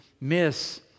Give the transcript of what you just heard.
miss